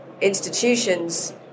institutions